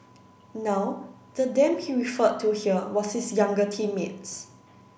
now the them he referred to here was his younger teammates